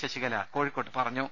ശശികല കോഴിക്കോട്ട് പറഞ്ഞു